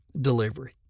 delivery